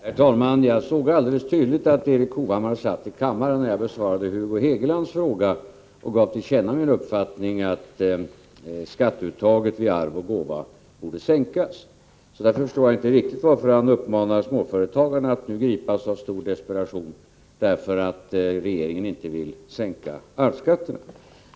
Herr talman! Jag såg alldeles tydligt att Erik Hovhammar satt i kammaren när jag besvarade Hugo Hegelands fråga och gav till känna rnin uppfattning att skatteuttaget vid arv och gåva borde sänkas. Därför förstår jag inte riktigt varför Erik Hovhammar menar att småföretagarna nu har anledning till misströstan över att regeringen inte vill sänka arvsskatterna.